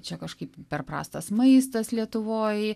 čia kažkaip per prastas maistas lietuvoj